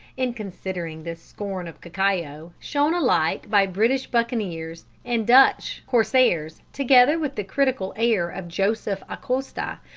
in considering this scorn of cacao, shown alike by british buccaneers and dutch corsairs, together with the critical air of joseph acosta,